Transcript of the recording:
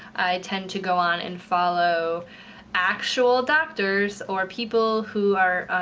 tend to go on and follow actual doctors or people who are,